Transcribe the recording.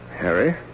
Harry